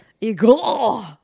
Ego